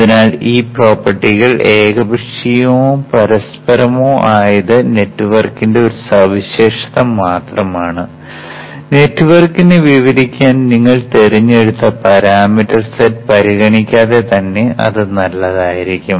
അതിനാൽ ഈ പ്രോപ്പർട്ടികൾ ഏകപക്ഷീയമോ പരസ്പരമോ ആയത് നെറ്റ്വർക്കിന്റെ ഒരു സവിശേഷത മാത്രമാണ് നെറ്റ്വർക്കിനെ വിവരിക്കാൻ നിങ്ങൾ തിരഞ്ഞെടുത്ത പാരാമീറ്റർ സെറ്റ് പരിഗണിക്കാതെ തന്നെ അത് നല്ലതായിരിക്കും